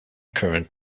current